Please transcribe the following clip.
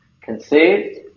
conceived